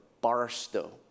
Barstow